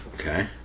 Okay